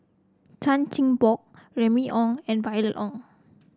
Chan Chin Bock Remy Ong and Violet Oon